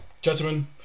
gentlemen